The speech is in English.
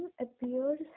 appears